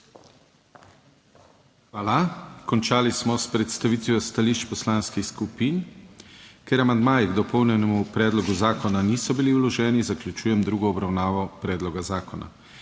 Hvala. Končali smo s predstavitvijo stališč poslanskih skupin. Ker amandmaji k dopolnjenemu predlogu zakona niso bili vloženi, zaključujem drugo obravnavo predloga zakona.